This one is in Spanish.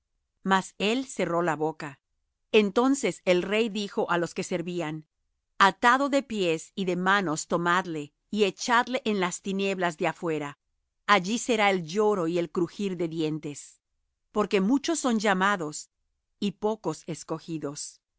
mas él cerró la boca entonces el rey dijo á los que servían atado de pies y de manos tomadle y echadle en las tinieblas de afuera allí será el lloro y el crujir de dientes porque muchos son llamados y pocos escogidos